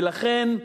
ולכן,